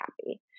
happy